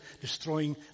destroying